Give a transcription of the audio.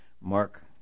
Mark